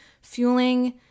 fueling